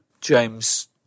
James